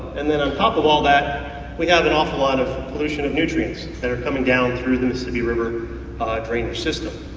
and then on top of all that we have an awful lot of pollution in nutrients that are coming down through the mississippi river drainage system.